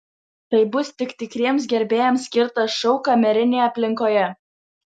tai bus tik tikriems gerbėjams skirtas šou kamerinėje aplinkoje